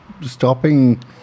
stopping